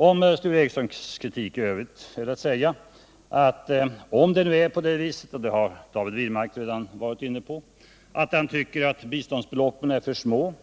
Om Sture Ericsons kritik i övrigt är att säga att ifall det nu är på det viset att han tycker att biståndsbeloppen är för små